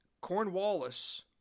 Cornwallis